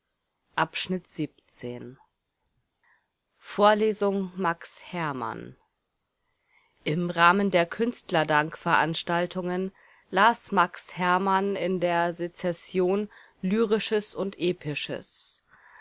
volks-zeitung april vorlesung max herrmann im rahmen der künstlerdank veranstaltungen las max herrmann in der sezession lyrisches und episches